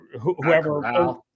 whoever –